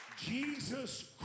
Jesus